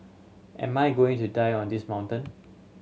am I going to die on this mountain